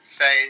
say